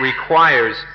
requires